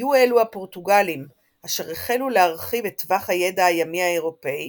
היו אלו הפורטוגלים אשר החלו להרחיב את טווח הידע הימי האירופאי